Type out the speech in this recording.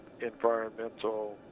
environmental